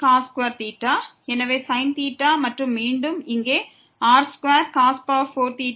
இங்கே sin மற்றும் மீண்டும் இங்கே r2 மற்றும் r2